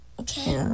okay